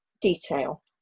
detail